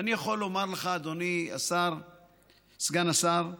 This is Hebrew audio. ואני יכול לומר, אדוני סגן השר,